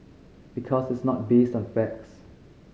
because it's not based on facts